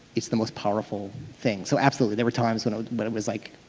it's the most powerful thing. so absolutely, there were times when when it was like